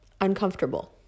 uncomfortable